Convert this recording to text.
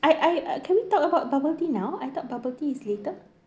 I I can we talk about bubble tea now I thought bubble tea is later